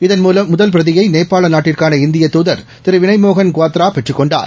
இதன் முதல் பிரதியை நேபாள நாட்டுக்கான இந்திய தூதர் திரு வினைமோகன் க்வாத்ரா பெற்றுக் கொண்டார்